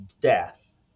death